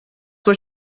what